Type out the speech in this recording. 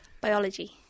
Biology